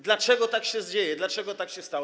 Dlaczego tak się dzieje, dlaczego tak się stało?